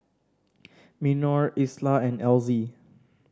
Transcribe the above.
Minor Isla and Elzy